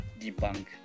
debunk